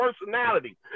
personality